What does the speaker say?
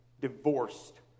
divorced